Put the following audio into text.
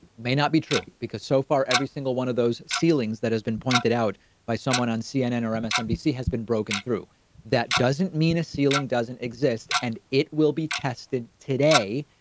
may not be true because so far, every single one of those ceilings that has been pointed out by someone on cnn or msnbc has been broken through that doesn't mean a ceiling doesn't exist and it will be tested today,